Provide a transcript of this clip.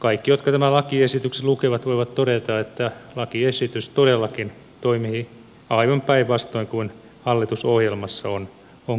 kaikki jotka tämän lakiesityksen lukevat voivat todeta että lakiesitys todellakin toimii aivan päinvastoin kuin hallitusohjelmassa on kirjattu